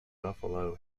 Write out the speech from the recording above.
buffalo